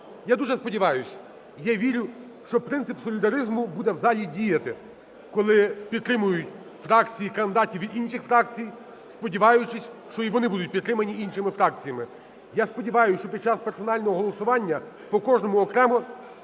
Я дуже сподіваюсь, я вірю, що принцип солідаризму буде в залі діяти, коли підтримують фракції кандидатів від інших фракцій, сподіваючись, що і вони будуть підтримані іншими фракціями. Я сподіваюсь, що під час персонального голосування по кожному окремо